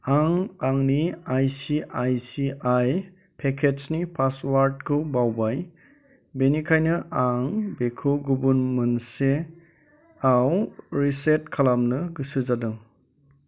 आं आंनि I C I C I पेकेटसनि पासवर्डखौ बावबाय बेनिखायनो आं बेखौ गुबुन मोनसेआव रिसेट खालामनो गोसो जादों